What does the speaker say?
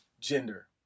Gender